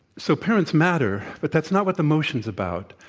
so, parents matter, but that's not what the motion is about.